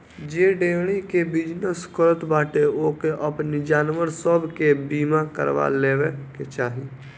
जे डेयरी के बिजनेस करत बाटे ओके अपनी जानवर सब के बीमा करवा लेवे के चाही